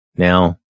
Now